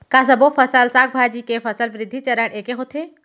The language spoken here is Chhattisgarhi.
का सबो फसल, साग भाजी के फसल वृद्धि चरण ऐके होथे?